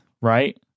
right